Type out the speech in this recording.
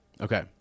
Okay